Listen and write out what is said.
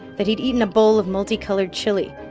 that he'd eaten a bowl of multicolored chili.